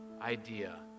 idea